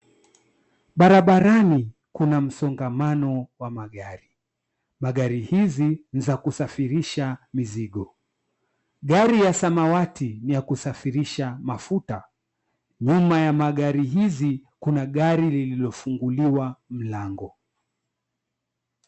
Barabarani kuna msongamano wa magari. Magari hizi ni za kusafirisha mizigo. Gari ya samawati ni ya kusafirisha mafuta. Nyuma ya gari hizi kuna gari lililofunguliwa mlango.